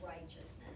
righteousness